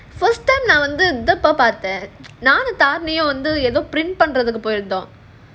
first time நான் வந்து பார்த்தேன் நானும்:naan vandhu paarthaen nanum tharani யும் ஏதோ:niyum edho print பண்ண போயிருந்தோம்:panna poyirunthom